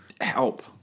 Help